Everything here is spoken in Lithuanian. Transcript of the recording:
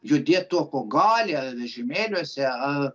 judėt tuo kuo gali ar vežimėliuose ar